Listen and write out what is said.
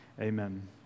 Amen